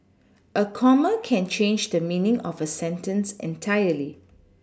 a comma can change the meaning of a sentence entirely